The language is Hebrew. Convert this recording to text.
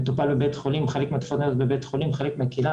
מטופל בחלק מהתרופות בבית החולים ובחלק בקהילה.